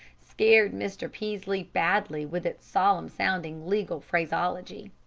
scared mr. peaslee badly with its solemn-sounding legal phraseology.